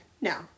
no